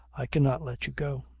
i cannot let you go.